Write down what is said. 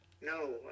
no